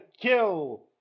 Kill